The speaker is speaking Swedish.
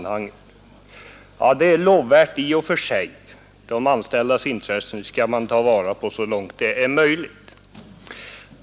Det är i och för sig lovvärt att göra det. De anställdas intressen skall vi ta vara på så långt detta är möjligt.